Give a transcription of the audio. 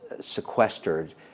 sequestered